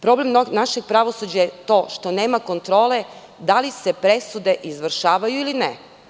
Problem našeg pravosuđa je to što nema kontrole da li se presude izvršavaju ili ne.